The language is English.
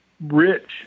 Rich